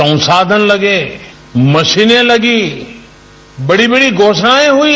संसाधन लगे मशीने लगी बड़ी बड़ी घोषणाएं हुई